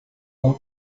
não